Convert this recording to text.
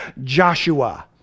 Joshua